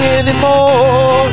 anymore